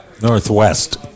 Northwest